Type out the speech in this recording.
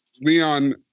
Leon